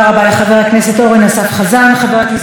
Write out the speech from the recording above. אחרון הדוברים, ואחר כך נעבור להצבעה.